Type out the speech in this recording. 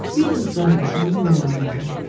read his letter, and you will know more.